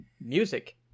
music